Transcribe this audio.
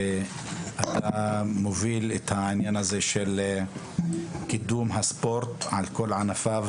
שאתה מוביל את העניין הזה של קידום הספורט על כל ענפיו